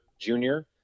junior